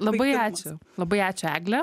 labai ačiū labai ačiū egle